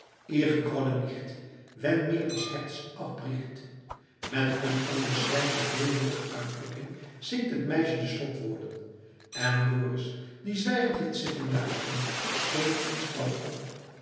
ich grolle nicht wenn mir das herz auch bricht met een onbeschrijfelijk weemoedige uitdrukking zingt het meisje de slotwoorden en dorus die zwijgend heeft zitten luisteren springt eensklaps op